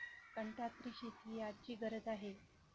कंत्राटी शेती ही आजची गरज आहे